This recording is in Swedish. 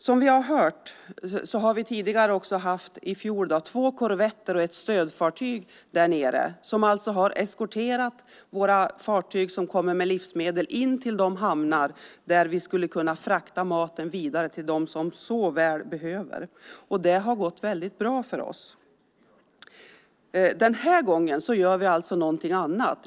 Som vi har hört har vi också tidigare, i fjol, haft två korvetter och ett stödfartyg där nere som har eskorterat våra fartyg som kommer med livsmedel in till de hamnar där maten fraktas vidare till dem som så väl behöver den. Det har gått väldigt bra för oss. Den här gången gör vi något annat.